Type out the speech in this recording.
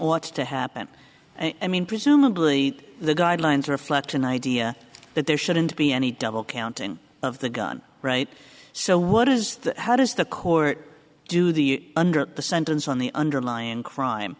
lots to happen and i mean presumably the guidelines reflect an idea that there shouldn't be any double counting of the gun right so what is the how does the court do the under the sentence on the underlying crime